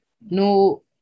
no